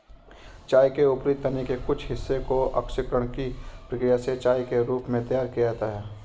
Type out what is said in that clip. चाय के ऊपरी तने के कुछ हिस्से को ऑक्सीकरण की प्रक्रिया से चाय के रूप में तैयार किया जाता है